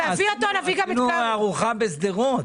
עשינו ארוחה בשדרות.